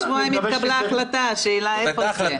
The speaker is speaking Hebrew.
לפני שבועיים התקבלה החלטה והשאלה היא איפה זה.